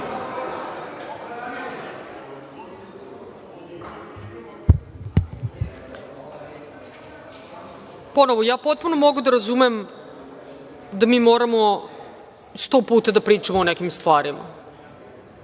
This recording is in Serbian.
Brnabić** Ja potpuno mogu da razumem da mi moramo sto puta da pričamo o nekim stvarima,